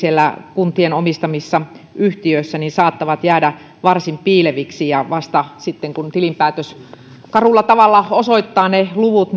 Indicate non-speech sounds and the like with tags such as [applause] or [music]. kuntien omistamissa yhtiöissä saattavat jäädä varsin piileviksi ja ehkä vasta siinä vaiheessa kun tilinpäätös karulla tavalla osoittaa ne luvut [unintelligible]